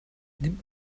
nimmt